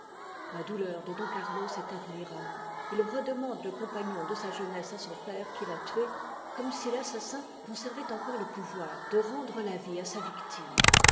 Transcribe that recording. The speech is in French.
la douteurde don carlos est admirable il redemande le compagnon de sa jeunesse à son père qui l'a tué comme si l'assassin conservait encore le pouvoir de rendre la vie à sa victime